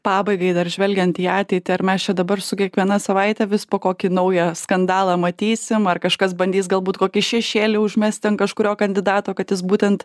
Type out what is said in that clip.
pabaigai dar žvelgiant į ateitį ar mes čia dabar su kiekviena savaite vis po kokį naują skandalą matysim ar kažkas bandys galbūt kokį šešėlį užmesti ant kažkurio kandidato kad jis būtent